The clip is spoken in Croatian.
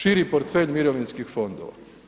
Širi portfelj mirovinskih fondova.